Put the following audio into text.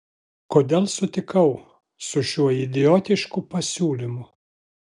kodėl sutikau su šiuo idiotišku pasiūlymu